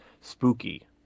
spooky